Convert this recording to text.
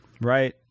Right